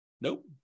Nope